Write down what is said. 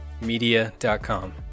media.com